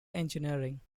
engineering